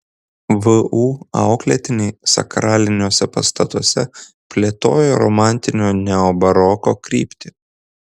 vu auklėtiniai sakraliniuose pastatuose plėtojo romantinio neobaroko kryptį